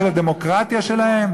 של הדמוקרטיה שלהם?